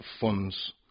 funds